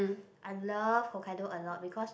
I love Hokkaido a lot because